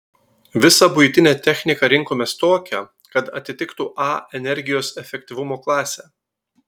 visą buitinę techniką rinkomės tokią kad atitiktų a energijos efektyvumo klasę